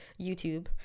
YouTube